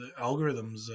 algorithms